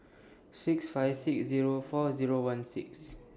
six five six Zero four Zero one six